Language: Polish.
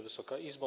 Wysoka Izbo!